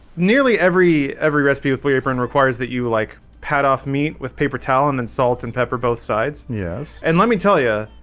nearly every every recipe with blue apron requires that you like pad off meat with paper towel and then salt and pepper both sides yes and let me tell you